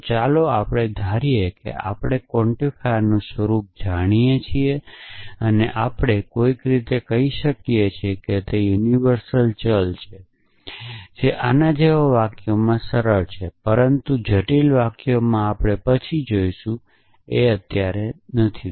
તો ચાલો આપણે ધારીએ કે આપણે ક્વોન્ટિફાયરનું સ્વરૂપ જાણીએ છીએ અને આપણે કોઈક રીતે કહી શકીએ કે તે સાર્વત્રિક ચલ છે જે આ જેવા વાક્યોમાં સરળ છે પરંતુ વધુ જટિલ વાક્યોમાં આપણે પછી જોશું કે તે એવું નથી